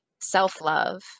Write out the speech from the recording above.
self-love